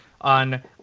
on